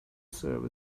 serve